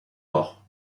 maur